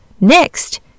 Next